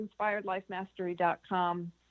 inspiredlifemastery.com